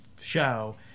show